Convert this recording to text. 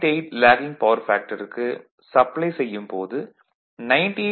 8 lagging power ஃபேக்டருக்கு supply செய்யும் போது 98